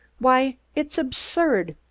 why, it's absurd,